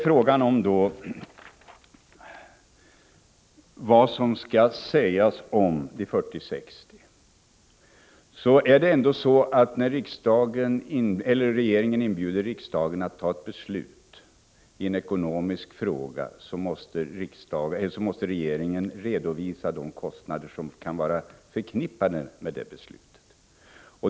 Frågan är sedan vad som skall sägas om uppdelningen på 40 resp. 60 90 av kostnaderna för spannmålsöverskottet. När regeringen inbjuder riksdagen att fatta beslut i en ekonomisk fråga, måste regeringen redovisa de kostnader som kan vara förknippade med detta beslut.